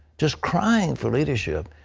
just crying for leadership.